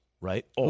right